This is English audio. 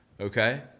okay